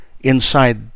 inside